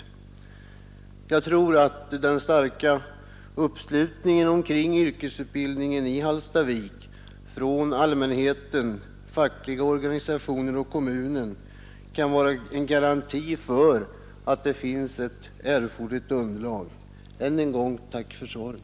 — fer Jag tror att den starka uppslutningen kring yrkesutbildningen i Hallstavik från allmänheten, fackliga organisationer och kommunen kan vara en garanti för att det finns ett erforderligt underlag. Än en gång: Tack för svaret!